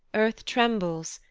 earth trembles,